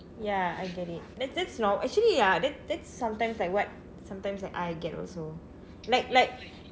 ya I get it that's that's nor~ actually ah that that's sometimes like what sometimes I get also like like